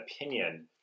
opinion